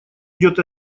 идет